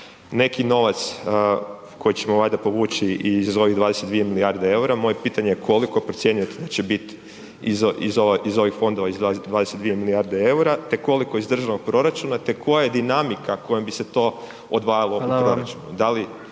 neki novac koji ćemo valjda povući iz ovih 22 milijardi EUR-a. Moje pitanje je, koliko procjenjujete da će bit iz ovih fondova iz 22 milijarde EUR-a, te koliko iz državnog proračuna, te koja je dinamika kojom bi se to odvajalo …/Upadica: